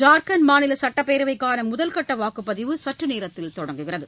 ஜார்க்கண்ட் மாநில சட்டப்பேரவைக்கான முதல்கட்ட வாக்குப்பதிவு சற்றுநேரத்தில் தொடங்குகிறது